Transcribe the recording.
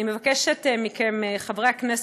אני מבקשת מכם, חברי הכנסת,